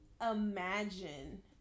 imagine